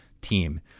team